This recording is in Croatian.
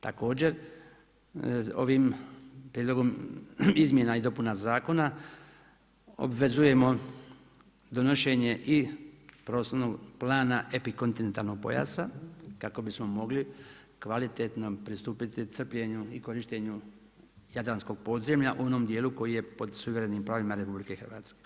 Također ovim prijedlogom izmjena i dopuna zakona obvezujemo donošenje i prostornog plana epikontinentalnog pojasa kako bismo mogli kvalitetno pristupiti crpljenju i korištenju jadranskog podzemlja u onom dijelu koji je pod suverenim pravima Republike Hrvatske.